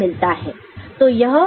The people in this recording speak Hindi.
तो यह BCD सबट्रैक्टर यूनिट है